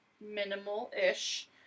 minimal-ish